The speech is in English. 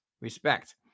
respect